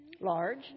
Large